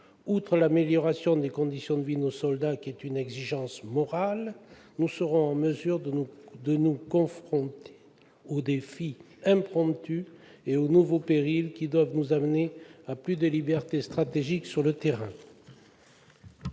Outre l'amélioration des conditions de vie de nos soldats, qui est une exigence morale, nous serons en mesure de nous confronter aux défis impromptus et aux nouveaux périls qui doivent nous amener à une plus grande liberté stratégique sur le terrain.